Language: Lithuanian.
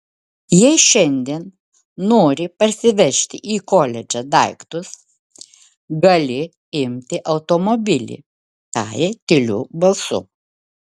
jei šiandien nori parsivežti į koledžą daiktus gali imti automobilį tarė tyliu balsu